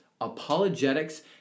Apologetics